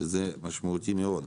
שזה משמעותי מאוד.